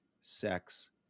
Sex